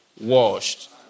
washed